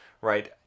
right